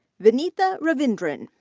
vinitha ravindran.